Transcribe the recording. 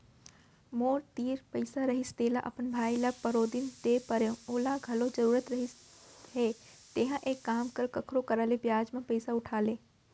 मोर तीर पइसा रहिस तेला अपन भाई ल परोदिन दे परेव ओला घलौ जरूरत रहिस हे तेंहा एक काम कर कखरो करा ले बियाज म पइसा उठा ले